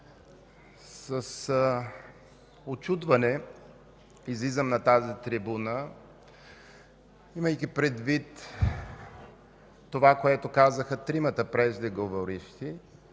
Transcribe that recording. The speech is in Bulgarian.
с учудване излизам на тази трибуна, имайки предвид това, което казаха тримата преждеговоривши,